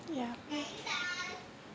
ya